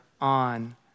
on